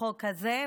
לחוק הזה,